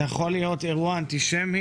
זה יכול להיות אירוע אנטישמי,